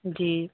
جی